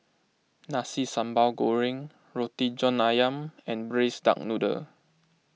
Nasi Sambal Goreng Roti John Ayam and Braised Duck Noodle